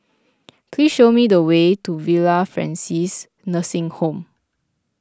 please show me the way to Villa Francis Nursing Home